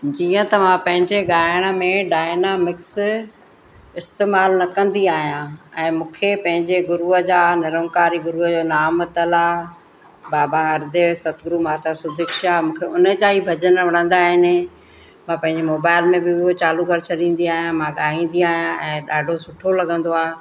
जीअं त मां पंहिंजे गाइण में डायना मिक्स इस्तेमालु न कंदी आहियां ऐं मूंखे पंहिंजे गुरुअ जा निरंकारी गुरुअ जो नाम तला बाबा हरदेव सतगुरु माता सुदीक्षा मूंखे उन जा ई भॼन वणंदा आहिनि मां पंहिंजे मोबाइल में बि उहा चालू करे छॾींदी आहियां मां त ईंदी आहियां ऐं ॾाढो सुठो लॻंदो आहे